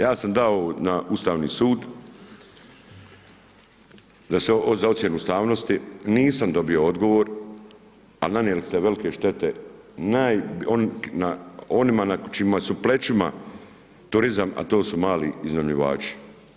Ja sam dao na Ustavni sud da se za ocjenu ustavnosti, nisam dobio odgovor, a nanijeli ste velike štete onima na čijima su plećima turizam a to su mali iznajmljivači.